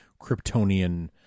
Kryptonian